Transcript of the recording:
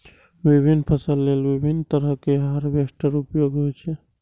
विभिन्न फसल लेल विभिन्न तरहक हार्वेस्टर उपयोग होइ छै